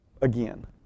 Again